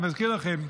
אני מזכיר לכם,